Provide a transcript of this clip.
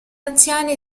anziani